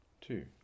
Two